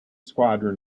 squadron